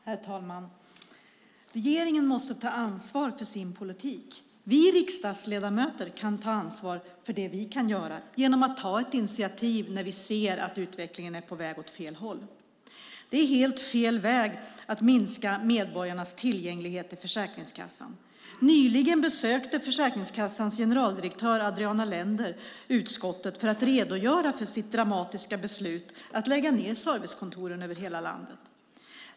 Herr talman! Regeringen måste ta ansvar för sin politik. Vi riksdagsledamöter kan ta ansvar för det vi kan göra genom att ta ett initiativ när vi ser att utvecklingen är på väg åt fel håll. Det är helt fel väg att minska medborgarnas tillgänglighet till Försäkringskassan. Nyligen besökte Försäkringskassans generaldirektör Adriana Lender utskottet för att redogöra för sitt dramatiska beslut att lägga ned servicekontoren över hela landet.